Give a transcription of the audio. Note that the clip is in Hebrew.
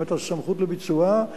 גם את הסמכות לביצועה,